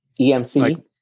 EMC